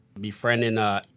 befriending